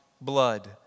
blood